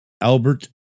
Albert